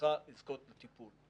שצריכה לזכות בטיפול.